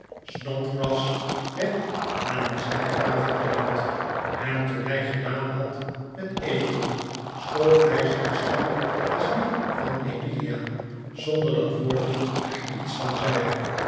snodgrass werd aan een zijtafel bediend en toen hij gedaan had met eten schoof hij zijn stoel naast dien van emilia zonder dat wardle er iets van zei